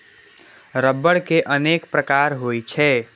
रबड़ के अनेक प्रकार होइ छै